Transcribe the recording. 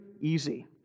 easy